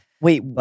Wait